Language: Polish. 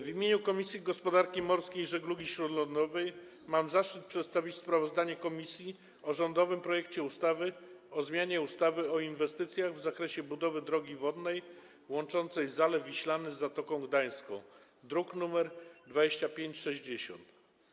W imieniu Komisji Gospodarki Morskiej i Żeglugi Śródlądowej mam zaszczyt przedstawić sprawozdanie komisji o rządowym projekcie ustawy o zmianie ustawy o inwestycjach w zakresie budowy drogi wodnej łączącej Zalew Wiślany z Zatoką Gdańską, druk nr 2560.